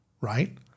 right